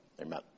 amen